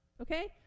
Okay